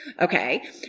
Okay